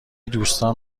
دوستان